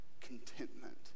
contentment